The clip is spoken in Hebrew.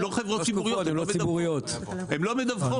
הן לא חברות ציבוריות, הן לא מדווחות.